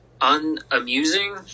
unamusing